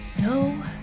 No